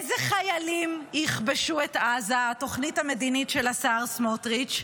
איזה חיילים יכבשו את עזה בתוכנית המדינית של השר סמוטריץ'?